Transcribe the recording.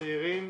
הצעירים